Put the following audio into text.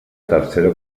tercera